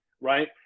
right